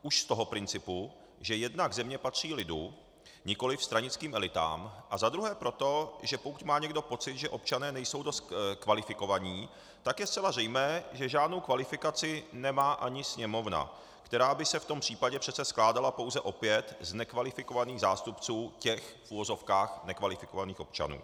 Už z toho principu, že jednak země patří lidu, nikoli stranickým elitám, jednak proto, že pokud má někdo pocit, že občané nejsou dost kvalifikovaní, tak je zcela zřejmé, že žádnou kvalifikaci nemá ani Sněmovna, která by se v tom případě přece skládala pouze opět z nekvalifikovaných zástupců těch v uvozovkách nekvalifikovaných občanů.